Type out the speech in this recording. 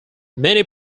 many